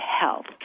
health